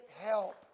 help